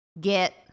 Get